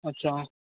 अच्छा